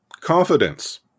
confidence